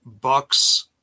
Bucks